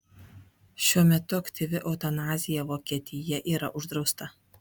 šiuo metu aktyvi eutanazija vokietija yra uždrausta